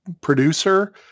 producer